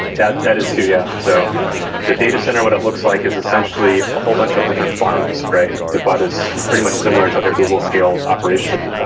that that is true. yeah. so the datacenter, what it looks like, is essentially a whole bunch of different farms. diffbot diffbot is pretty much similar to like a google scale operation.